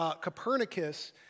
Copernicus